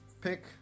pick